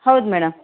ಹೌದು ಮೇಡಮ್